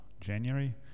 January